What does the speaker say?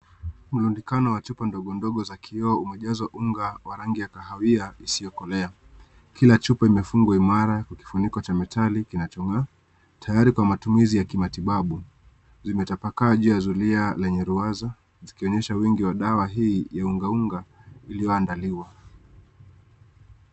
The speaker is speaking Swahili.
Mrundikano wa chupa ndogo ndogo zikiwa zimejazwa unga wa rangi ya kahawia isiyokolea. Kila chupa imefungwa imara kwa kifuniko cha metali kinachong'aa tayari kwa matumizi ya kimatibabu. Zimetapakaa juu ya zulia lenye ruwaza zikionyesha wingi wa dawa hii ya unga unga iliyoandaliwa.